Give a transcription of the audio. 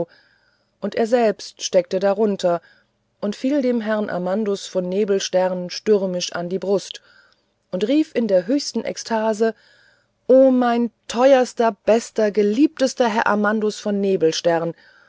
und er selbst steckte darunter und fiel dem herrn amandus von nebelstern stürmisch an die brust und rief in der höchsten ekstase o mein teuerster bester geliebtester herr amandus von